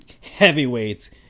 heavyweights